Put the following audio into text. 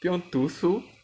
不用读书